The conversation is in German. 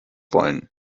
wollen